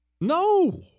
No